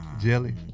Jelly